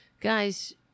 guys